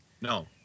No